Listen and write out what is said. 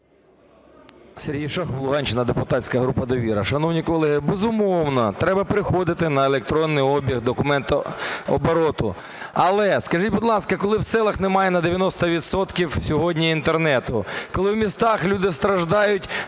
Сергій Шахов, Луганщина, депутатська група "Довіра". Шановні колеги, безумовно, треба переходити на електронний обіг документообороту. Але скажіть, будь ласка, коли в селах немає на 90 відсотків сьогодні інтернету, коли в містах люди страждають